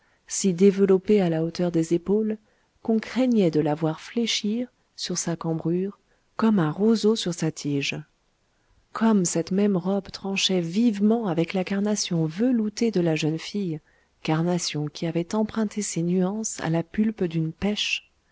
si développée à la hauteur des épaules qu'on craignait de la voir fléchir sur sa cambrure comme un roseau sur sa tige comme cette même robe tranchait vivement avec la carnation veloutée de la jeune fille carnation qui avait emprunté ses nuances à la pulpe d'une pêche